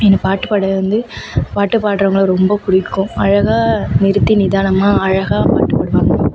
இந்த பாட்டு பாட வந்து பாட்டு பாட்றவங்களை ரொம்ப பிடிக்கும் அழகாக நிறுத்தி நிதானமாக அழகாக பாட்டு பாடுவாங்க